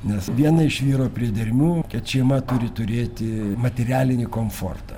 nes viena iš vyro priedermių kad šeima turi turėti materialinį komfortą